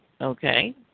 Okay